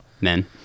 Men